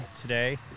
today